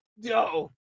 Yo